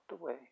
away